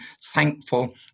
thankful